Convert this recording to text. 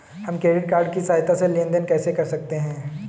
हम credit card की सहायता से लेन देन कैसे कर सकते हैं?